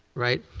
right?